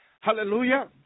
Hallelujah